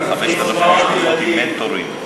לרווחה", 5,000 משפחות עם מנטורים.